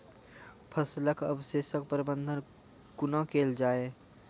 फसलक अवशेषक प्रबंधन कूना केल जाये?